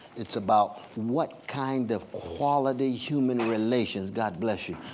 it's about what kind of quality human relations, god bless you,